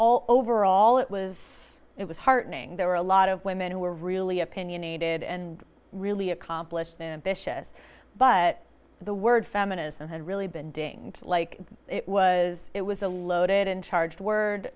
all overall it was it was heartening there were a lot of women who were really opinionated and really accomplished ambitious but the word feminism had really been doing like it was it was a loaded and charged word